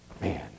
Man